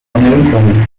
نمیکنی